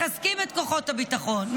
מחזקים את כוחות הביטחון,